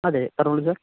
അതെ പറഞ്ഞോളൂ സർ